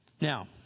Now